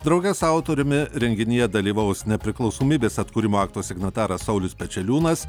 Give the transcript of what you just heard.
drauge su autoriumi renginyje dalyvaus nepriklausomybės atkūrimo akto signataras saulius pečeliūnas